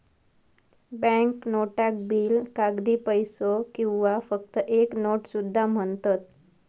bank नोटाक bill, कागदी पैसो किंवा फक्त एक नोट सुद्धा म्हणतत